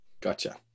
Gotcha